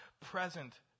present